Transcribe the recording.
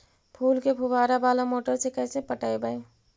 फूल के फुवारा बाला मोटर से कैसे पटइबै?